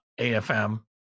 afm